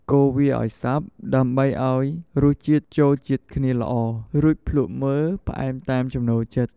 កូរវាឱ្យសព្វ ដើម្បីឱ្យរសជាតិចូលជាតិគ្នាល្អ រួចភ្លក់មើលផ្អែមតាមចំណូលចិត្ត។